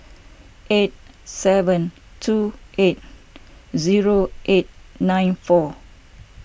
eight seven two eight zero eight nine four